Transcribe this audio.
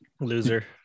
Loser